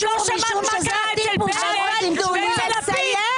לא שמעת מה קרה אצל בנט ואצל לפיד,